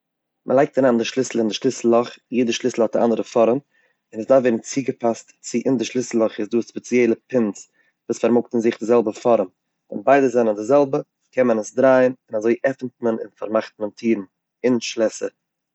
מ'לייגט אריין די שליסל אין די שליסל לאך, יעדע שליסל האט אן אנדערע פארעם, און עס דארף ווערן צוגעפאסט צו אין די שליסל לאך איז דא ספעציעלע פינס וואס פארמאגט אין זיך די זעלבע פארעם, ווען ביידע זענען די זעלבע קען מען עס דרייען אזוי עפענט מען און פארמאכט מען טירן, און שלעסער.